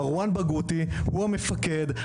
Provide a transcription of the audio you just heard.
מרואן ברגותי הוא המפקד,